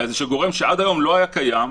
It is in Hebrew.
על איזשהו גורם שעד היום לא היה קיים,